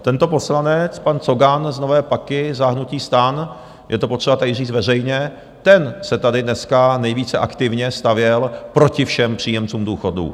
Tento poslanec, pan Cogan z Nové Paky za hnutí STAN, je to potřeba tady říct veřejně, ten se tady dneska nejvíce aktivně stavěl proti všem příjemcům důchodů.